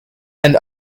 and